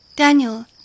Daniel